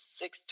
six